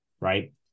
right